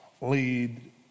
lead